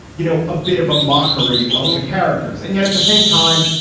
you know, a bit of a mockery of the characters. and yet at the same time,